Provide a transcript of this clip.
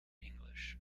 english